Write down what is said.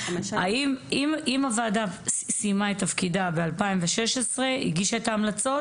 אם הוועדה סיימה את תפקידה והגישה את ההמלצות